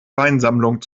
weinsammlung